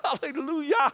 Hallelujah